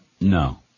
no